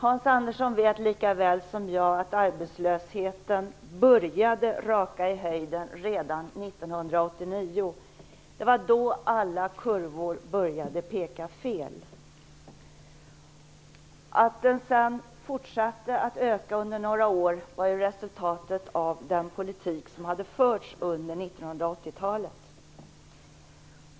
Hans Andersson vet likaväl som jag att arbetslösheten började raka i höjden redan 1989. Det var då alla kurvor började peka fel. Att arbetslösheten sedan fortsatte att öka under några år var resultatet av den politik som hade förts under 1980-talet.